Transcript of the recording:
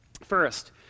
First